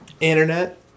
Internet